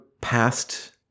past